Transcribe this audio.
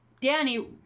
danny